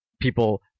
people